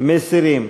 מסירים.